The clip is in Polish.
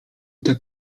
tak